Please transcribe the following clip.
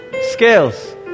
scales